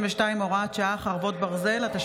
הינני מתכבדת להודיעכם,